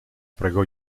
pregò